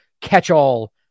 catch-all